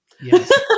Yes